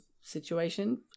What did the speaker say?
situation